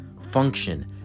Function